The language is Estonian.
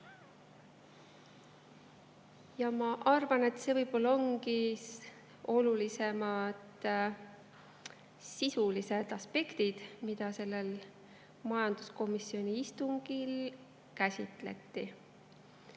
Ma arvan, et need ongi olulisemad sisulised aspektid, mida sellel majanduskomisjoni istungil käsitleti.